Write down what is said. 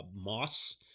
moss